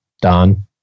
Don